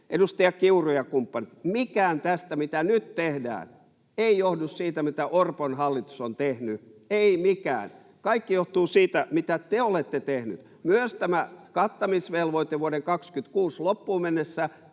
Edustaja Kiuru ja kumppanit: Mikään tästä, mitä nyt tehdään, ei johdu siitä, mitä Orpon hallitus on tehnyt — ei mikään. Kaikki johtuu siitä, mitä te olette tehneet. Myös tämä kattamisvelvoite vuoden 26 loppuun mennessä